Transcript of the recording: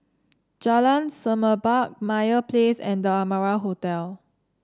Jalan Semerbak Meyer Place and The Amara Hotel